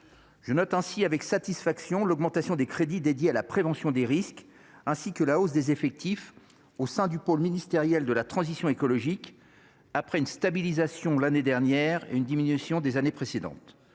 Je note ainsi avec satisfaction l’augmentation des crédits consacrés à la prévention des risques, ainsi que la hausse des effectifs du pôle ministériel de la transition écologique, après une stabilisation l’année dernière et une diminution les années précédentes.